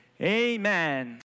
Amen